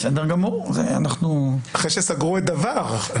אחרי שסגרו את "דבר".